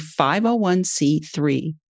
501c3